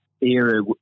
era